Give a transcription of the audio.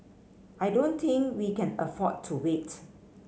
I don't think we can afford to wait